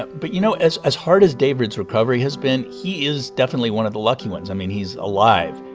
but, you know, as as hard as david's recovery has been, he is definitely one of the lucky ones. i mean, he's alive.